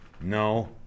No